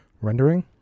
rendering